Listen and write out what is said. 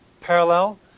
parallel